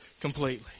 completely